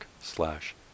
slash